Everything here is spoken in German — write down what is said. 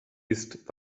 ist